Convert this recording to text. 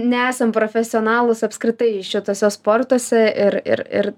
nesam profesionalūs apskritai šituose sportuose ir ir ir